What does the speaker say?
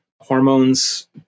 Hormones